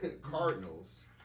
Cardinals